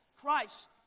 Christ